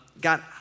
God